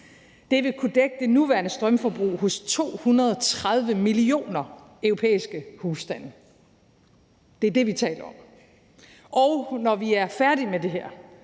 Det vil kunne dække det nuværende strømforbrug hos 230 millioner europæiske husstande – det er det, vi taler om. Og når vi er færdige med det her,